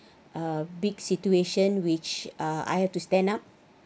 uh big situation which uh I have to stand up